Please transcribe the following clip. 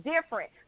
different